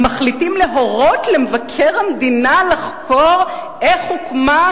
הם מחליטים להורות למבקר המדינה לחקור איך הוקמה,